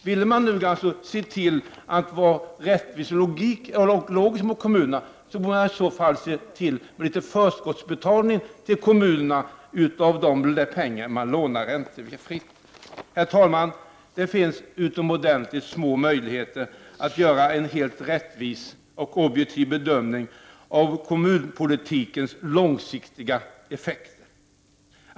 Om staten vill vara rättvis och logisk mot kommunerna borde staten ge kommunerna förskottsbetalning av de pengar som staten lånar räntefritt. Herr talman! Det finns utomordentligt små möjligheter att göra en helt rättvis och objektiv bedömning av kommunpolitikens långsiktiga effekter.